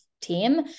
team